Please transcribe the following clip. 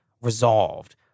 resolved